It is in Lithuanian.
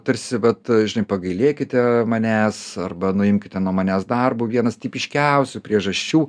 tarsi vat žinai pagailėkite manęs arba nuimkite nuo manęs darbo vienas tipiškiausių priežasčių